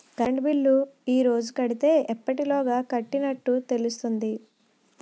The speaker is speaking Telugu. కరెంట్ బిల్లు ఈ రోజు కడితే ఎప్పటిలోగా కట్టినట్టు తెలుస్తుంది?